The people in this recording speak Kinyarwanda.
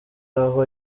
aho